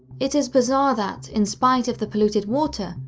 it is bizarre that, in spite of the polluted water,